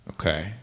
Okay